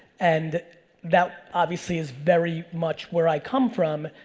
and that, obviously, is very much where i come from.